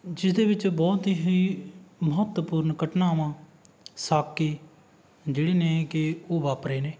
ਜਿਸ ਦੇ ਵਿੱਚ ਬਹੁਤ ਹੀ ਮਹੱਤਵਪੂਰਨ ਘਟਨਾਵਾਂ ਸਾਕੇ ਜਿਹੜੇ ਨੇ ਕਿ ਉਹ ਵਾਪਰੇ ਨੇ